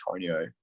Antonio